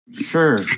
Sure